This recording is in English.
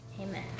Amen